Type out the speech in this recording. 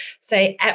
say